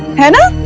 and